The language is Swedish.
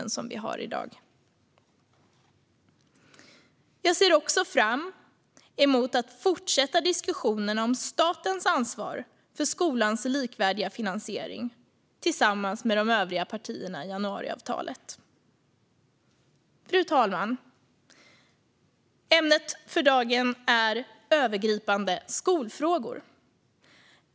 Jag ser också fram emot att tillsammans med övriga partier i januariavtalet fortsätta diskussionerna om statens ansvar för skolan likvärdiga finansiering. Fru talman! Ämnet för dagen är övergripande skolfrågor.